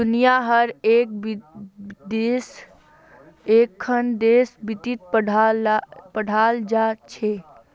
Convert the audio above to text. दुनियार हर एकखन देशत वित्त पढ़ाल जा छेक